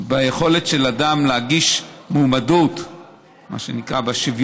ביכולת של אדם להגיש מועמדות בשוויונות,